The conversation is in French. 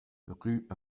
rue